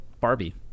Barbie